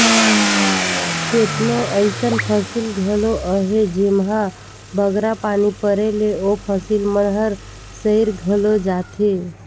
केतनो अइसन फसिल घलो अहें जेम्हां बगरा पानी परे ले ओ फसिल मन हर सइर घलो जाथे